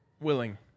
willing